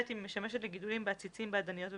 אם היא משמשת לגידולים בעציצים, באדניות ובמשתלות.